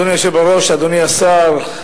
אדוני היושב-ראש, אדוני השר,